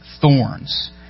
thorns